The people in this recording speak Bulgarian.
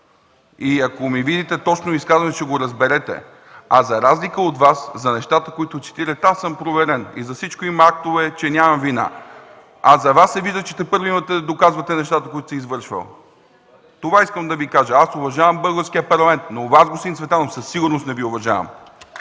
И ако ми видите точно изказването, ще го разберете. За разлика от Вас, за нещата, които цитирахте – аз съм проверен и за всичко има актове, че нямам вина, а за Вас се вижда, че тепърва имате да доказвате нещата, които сте извършвали. Това искам да Ви кажа. Аз уважавам българския Парламент, но Вас, господин Цветанов, със сигурност не Ви уважавам.